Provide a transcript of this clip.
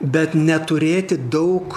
bet neturėti daug